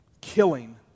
Killing